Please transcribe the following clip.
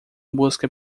busca